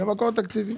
כמקור תקציבי.